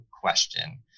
question